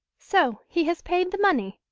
so he has paid the money!